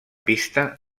pista